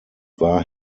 war